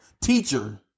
teacher